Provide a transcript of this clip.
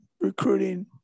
recruiting